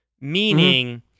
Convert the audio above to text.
meaning